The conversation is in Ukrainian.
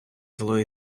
зло